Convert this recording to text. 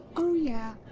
oh yeah,